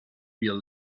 beer